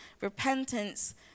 repentance